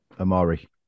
Amari